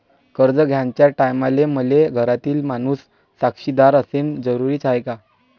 कर्ज घ्याचे टायमाले मले घरातील माणूस साक्षीदार असणे जरुरी हाय का?